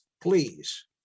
please